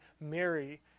Mary